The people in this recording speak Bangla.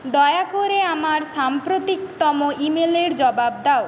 দয়া করে আমার সাম্প্রতিকতম ইমেলের জবাব দাও